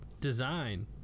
design